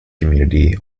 community